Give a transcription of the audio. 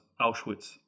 Auschwitz